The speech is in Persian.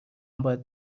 باید